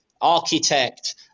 architect